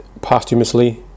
posthumously